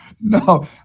No